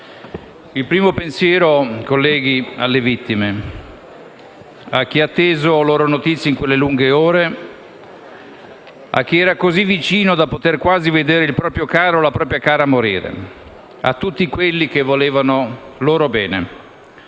il primo pensiero va alle vittime; a chi ha atteso loro notizie in quelle lunghe ore; a chi era così vicino da poter quasi vedere il proprio caro o la propria cara morire; a tutti quelli che volevano loro bene: